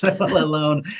alone